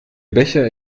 becher